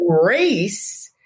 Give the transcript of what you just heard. Grace